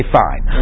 fine